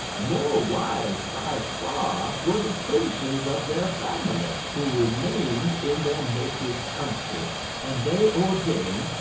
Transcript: more wise by far were the princes of their family, who remained in their native country and they ordained,